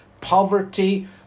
poverty